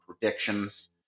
predictions